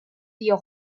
dio